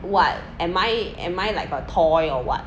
what am I am I like a toy or what